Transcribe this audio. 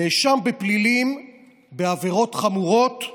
נאשם בפלילים בעבירות חמורות,